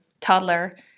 toddler